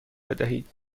بدهید